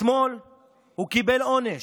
אתמול הוא קיבל עונש.